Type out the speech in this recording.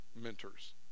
mentors